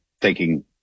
taking